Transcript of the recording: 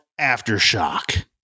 Aftershock